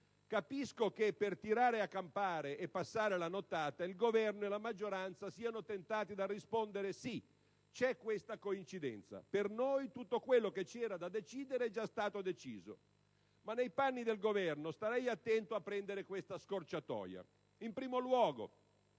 Capisco che, per tirare a campare e passare la nottata, il Governo e la maggioranza siano tentati di rispondere: sì, c'è questa coincidenza; per noi, tutto quello che c'era da decidere è già stato deciso. Ma nei panni del Governo starei attento a prendere questa scorciatoia. In primo luogo,